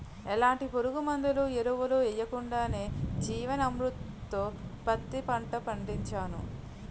ఎలాంటి పురుగుమందులు, ఎరువులు యెయ్యకుండా జీవన్ అమృత్ తో పత్తి పంట పండించాను